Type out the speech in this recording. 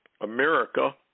America